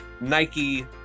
Nike